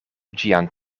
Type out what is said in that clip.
ĝian